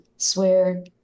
Swear